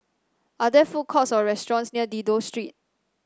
are there food courts or restaurants near Dido Street